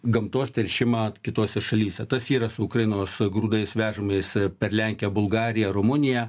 gamtos teršimą kitose šalyse tas yra su ukrainos grūdais vežamais per lenkiją bulgariją rumuniją